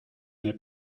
n’est